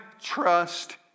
trust